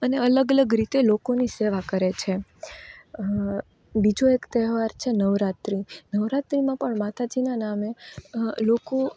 અને અલગ અલગ રીતે લોકોની સેવા કરે છે બીજો એક તહેવાર છે નવરાત્રિ નવરાત્રિમાં પણ માતાજીનાં નામે લોકો